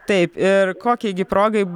taip ir kokiai progai